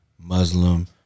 Muslim